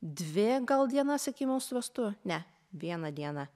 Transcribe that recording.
dvi gal dienas iki mūsų vestuvių ne vieną dieną